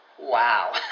Wow